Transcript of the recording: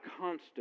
constant